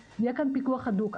יהיה כאן פיקוח הדוק.